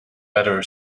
better